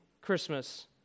Christmas